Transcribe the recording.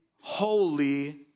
holy